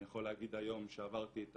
אני יכול להגיד היום שעברתי את